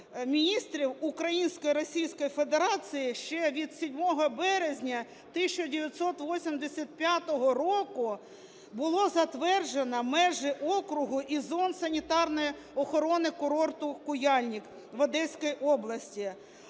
Міністрів української… Російської Федерації ще від 7 березня 1985 року було затверджено межі округу і зон санітарної охорони курорту Куяльник в Одеській області.